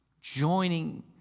joining